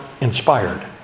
inspired